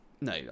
No